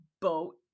boat